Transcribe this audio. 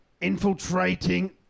infiltrating